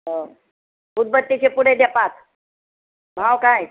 हो धुपबत्तीचे पुडे द्या पाच भाव काय